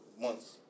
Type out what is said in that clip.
months